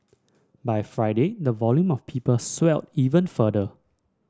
by Friday the volume of people swelled even further